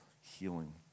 healing